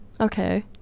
Okay